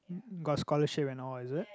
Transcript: got scholarship and all is it